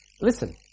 Listen